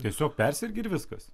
tiesiog persergi ir viskas